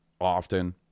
often